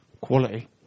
Quality